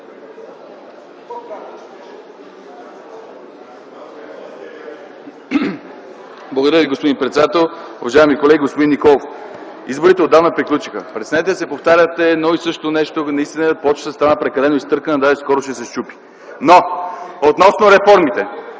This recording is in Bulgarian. Благодаря Ви, господин председател. Уважаеми колеги, господин Николов! Изборите отдавна приключиха. Престанете да повтаряте едно и също нещо! Плочата наистина става прекалено изтъркана, даже скоро ще се счупи. Относно реформите.